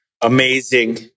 Amazing